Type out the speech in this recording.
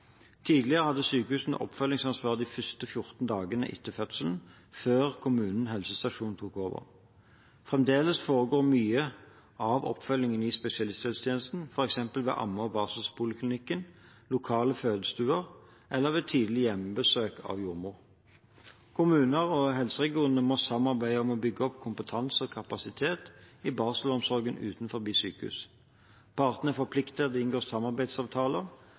Tidligere hadde sykehusene oppfølgingsansvar de første 14 dagene etter fødselen, før kommunen/helsestasjonen tok over. Fremdeles foregår mye av oppfølgingen i spesialisthelsetjenesten, f.eks. ved amme- og barselpoliklinikker, ved lokale fødestuer eller ved tidlig hjemmebesøk av jordmor. Kommuner og helseregioner må samarbeide om å bygge opp kompetanse og kapasitet i barselomsorgen utenfor sykehus. Partene er forpliktet til å inngå samarbeidsavtaler,